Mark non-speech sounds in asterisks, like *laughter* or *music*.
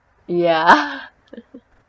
ya *laughs*